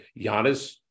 Giannis